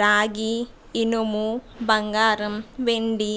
రాగి ఇనుము బంగారం వెండి